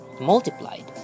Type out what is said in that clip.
multiplied